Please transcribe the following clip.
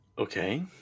Okay